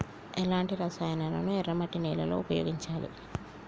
ఎలాంటి రసాయనాలను ఎర్ర మట్టి నేల లో ఉపయోగించాలి?